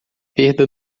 perda